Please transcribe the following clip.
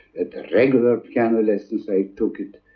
regular piano lessons i took at